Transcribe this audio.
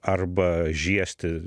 arba žiesti